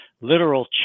literal